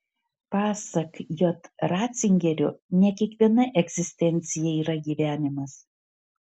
pasak j ratzingerio ne kiekviena egzistencija yra gyvenimas